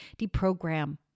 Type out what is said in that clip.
deprogram